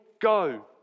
go